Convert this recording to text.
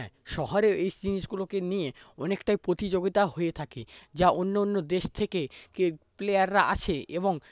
হ্যাঁ শহরে এই জিনিস গুলো কে নিয়ে অনেকটাই প্রতিযোগিতা হয়ে থাকে যা অন্য অন্য দেশ থেকে প্লেয়ার রা আসে এবং